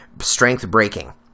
strength-breaking